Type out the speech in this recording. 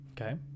okay